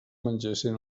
mengessin